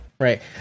right